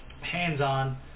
hands-on